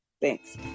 Thanks